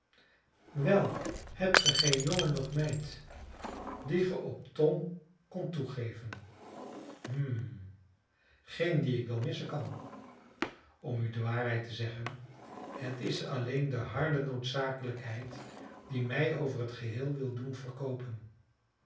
wel hebt ge geen jongen noch meid dien ge op tom kondt toegeven hm geen dien ik wel missen kan om u de waarheid te zeggen het is alleen de harde noodzakelijkheid die mij over het geheel wil doen verkoopen